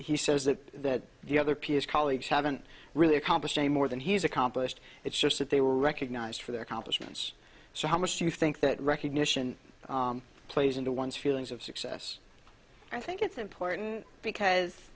he says that the other piece colleagues haven't really accomplished a more than he's accomplished it's just that they were recognized for their accomplishments so how much do you think that recognition plays into one's feelings of success i think it's important because